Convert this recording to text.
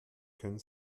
können